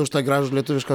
už tą gražų lietuvišką